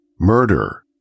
murder